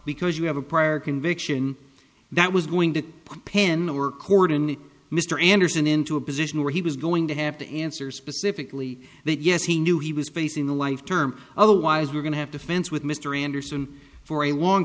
because you have a prior conviction that was going to pin a work order and mr anderson into a position where he was going to have to answer specifically that yes he knew he was facing a life term otherwise we're going to have to fence with mr anderson for a long